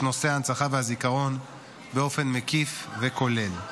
נושא ההנצחה והזיכרון באופן מקיף וכולל.